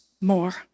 more